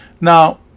Now